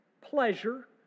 pleasure